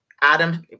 Adam